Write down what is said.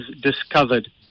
discovered